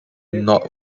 not